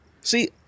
see